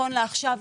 נכון לעכשיו,